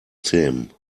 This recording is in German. zähmen